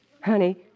Honey